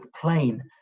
plane